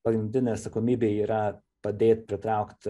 pagrindinė atsakomybė yra padėt pritraukt